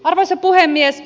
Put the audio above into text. arvoisa puhemies